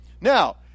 Now